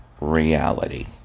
Reality